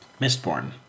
Mistborn